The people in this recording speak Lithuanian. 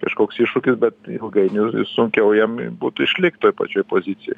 kažkoks iššūkis bet ilgainiui sunkiau jiem būtų išlikt toj pačioj pozicijoj